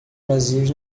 vazios